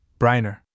Briner